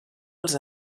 als